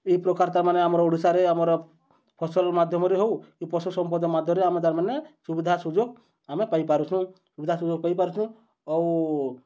ଇ ପ୍ରକାର୍ ତା'ର୍ମାନେ ଆମର୍ ଓଡ଼ିଶାରେ ଆମର୍ ଫସଲ୍ ମାଧ୍ୟମରେ ହେଉ କି ଏ ପଶୁ ସମ୍ପଦ୍ ମାଧ୍ୟମ୍ରେ ଆମେ ତା'ର୍ମାନେ ସୁବିଧା ସୁଯୋଗ୍ ଆମେ ପାଇପାରୁଛୁଁ ସୁବିଧା ସୁଯୋଗ୍ ପାଇପାରୁଛୁଁ ଆଉ